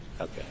Okay